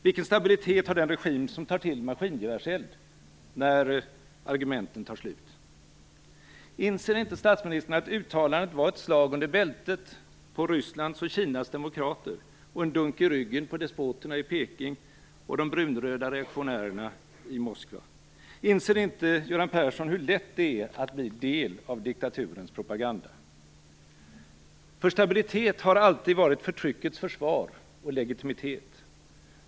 Vilken stabilitet har den regim som tar till maskingevärseld när argumenten tar slut? Inser inte statsministern att uttalandet var ett slag under bältet på Rysslands och Kinas demokrater och en dunk i ryggen på despoterna i Peking och på de brunröda reaktionärerna i Moskva? Inser inte Göran Persson hur lätt det är att bli en del av diktaturens propaganda? Stabilitet har alltid varit förtryckets försvar och legitimitet.